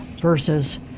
versus